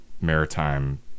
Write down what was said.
maritime